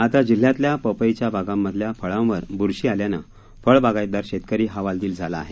आता जिल्ह्यातल्या पपईच्या बागांमधल्या फळांवर बुरशी आल्यानं फळ बागायतदार शेतकरी हवालदिल झाला आहे